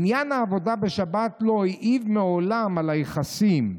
עניין העבודה בשבת לא העיב מעולם על היחסים.